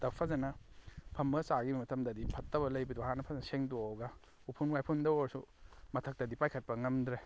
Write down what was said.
ꯗ ꯐꯖꯅ ꯐꯝꯃꯒ ꯆꯥꯈꯤꯕ ꯃꯇꯝꯗꯗꯤ ꯐꯠꯇꯕ ꯂꯩꯕꯗꯣ ꯍꯥꯟꯅ ꯐꯖꯅ ꯁꯦꯡꯗꯣꯛꯑꯒ ꯎꯐꯨꯟ ꯋꯥꯏꯐꯨꯜꯗ ꯑꯣꯏꯔꯁꯨ ꯃꯊꯛꯇꯗꯤ ꯄꯥꯏꯈꯠꯄ ꯉꯝꯗ꯭ꯔꯦ